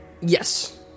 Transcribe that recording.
Yes